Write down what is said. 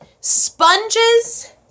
Sponges